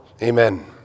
Amen